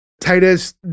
titus